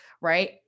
Right